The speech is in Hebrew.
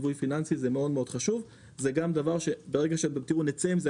ברגע שנצא עם זה,